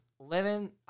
living